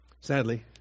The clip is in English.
Sadly